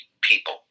people